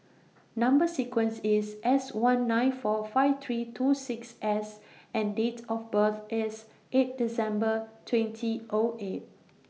Number sequence IS S one nine four five three two six S and Date of birth IS eight December twenty O eight